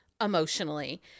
emotionally